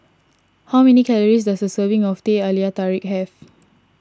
how many calories does a serving of Teh Halia Tarik have